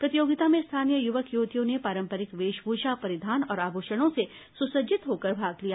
प्रतियोगिता में स्थानीय युवक युवतियों ने पारंपरिक वेशभूषा परिधान और आभूषणों से सुसज्जित होकर भाग लिया